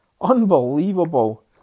Unbelievable